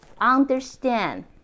understand